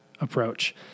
approach